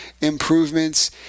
improvements